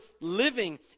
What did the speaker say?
living